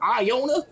Iona